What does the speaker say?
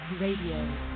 Radio